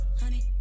honey